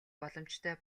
боломжтой